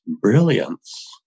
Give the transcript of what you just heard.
brilliance